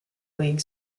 league